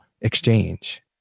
exchange